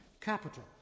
capital